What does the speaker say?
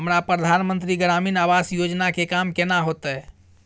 हमरा प्रधानमंत्री ग्रामीण आवास योजना के काम केना होतय?